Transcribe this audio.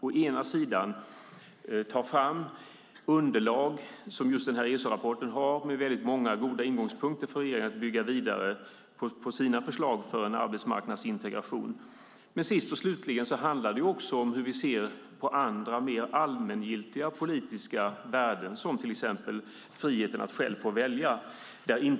Å ena sidan handlar det om att ta fram underlag som, likt den här ESO-rapporten, har många goda ingångspunkter för regeringen när det gäller att bygga vidare på sina förslag till förmån för en arbetsmarknadsintegration. Sist och slutligen handlar det å andra sidan också om hur vi ser på andra, mer allmängiltiga politiska värden - till exempel friheten att själv få välja.